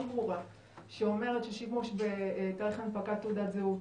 ברורה שאומרת ששימוש בתאריך הנפקת תעודת זהות